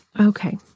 okay